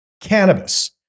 cannabis